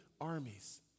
armies